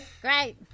Great